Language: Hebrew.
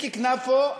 נא לסכם.